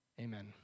Amen